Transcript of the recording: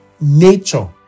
nature